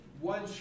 one